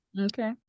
Okay